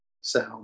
sound